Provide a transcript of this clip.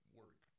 work